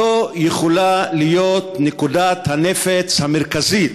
זו יכולה להיות נקודת הנפץ המרכזית